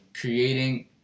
creating